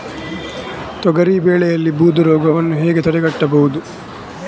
ತೊಗರಿ ಬೆಳೆಯಲ್ಲಿ ಬೂದು ರೋಗವನ್ನು ಹೇಗೆ ತಡೆಗಟ್ಟಬಹುದು?